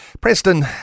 Preston